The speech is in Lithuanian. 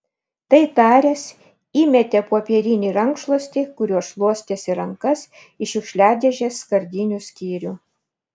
tai taręs įmetė popierinį rankšluostį kuriuo šluostėsi rankas į šiukšliadėžės skardinių skyrių